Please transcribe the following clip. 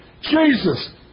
Jesus